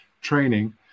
training